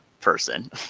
person